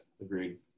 agreed